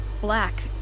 black